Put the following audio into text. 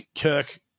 Kirk